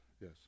Yes